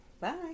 Bye